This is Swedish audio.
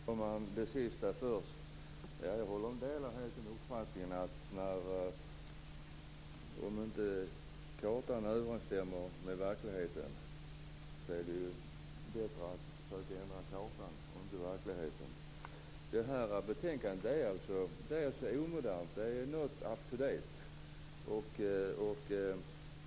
Fru talman! Det sista först: Jag delar helt uppfattningen att om inte kartan överensstämmer med verkligheten, så är det bättre att försöka ändra kartan än verkligheten. Betänkandet är alltså omodernt. Det är not up to date.